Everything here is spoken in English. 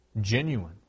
genuine